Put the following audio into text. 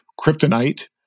kryptonite